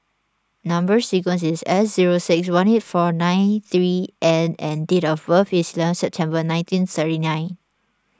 Number Sequence is S zero six one eight four nine three N and date of birth is eleven September nineteen thirty nine